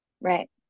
right